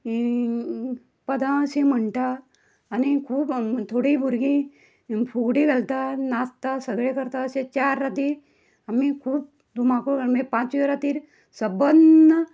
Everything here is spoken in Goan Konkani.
पदां अशीं म्हणटा आनी खूब थोडी भुरगीं फुगडी घालता नाचता सगळें करता अशें चार राती आमी खूब धुमाकूळ माय पांचवे रातीर सबन्न